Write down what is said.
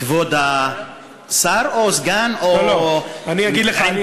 כבוד השר או סגן או, לא, לא, אני אגיד לך.